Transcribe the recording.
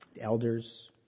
Elders